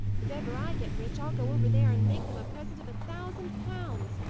if ever i get rich, i'll go over there and make them a present of a thousand pounds.